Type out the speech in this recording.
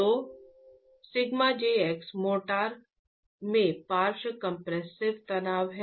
तो σjx mortar में पार्श्व कंप्रेसिव तनाव है